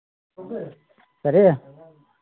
ꯀꯔꯤ